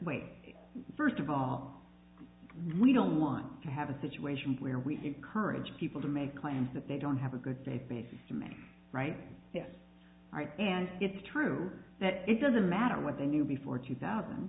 wait first of all we don't want to have a situation where we encourage people to make claims that they don't have a good faith basis to make right yes and it's true that it doesn't matter what they knew before two thousand